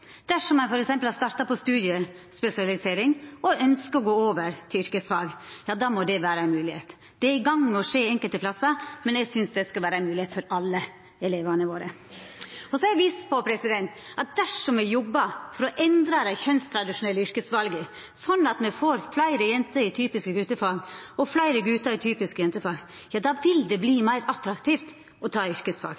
Dersom ein f.eks. har starta på studiespesialisering og ønskjer å gå over til yrkesfag, må det vera ei moglegheit. Det er i gang med å skje enkelte plassar, men eg synest det skal vera ei moglegheit for alle elevane våre. Så er eg viss på at dersom me jobbar for å endra dei kjønnstradisjonelle yrkesvala sånn at me får fleire jenter i typiske gutefag og fleire gutar i typiske jentefag, då vil det